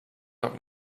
doc